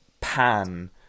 pan